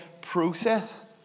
process